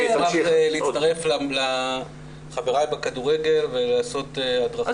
אני אשמח להצטרף לחבריי בכדורגל ולעשות הדרכות.